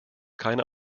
keine